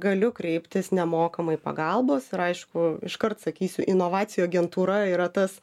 galiu kreiptis nemokamai pagalbos ir aišku iškart sakysiu inovacijų agentūra yra tas